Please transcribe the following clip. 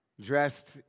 Dressed